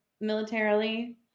militarily